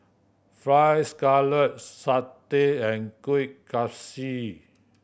Fried Scallop satay and Kuih Kaswi